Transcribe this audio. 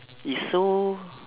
is so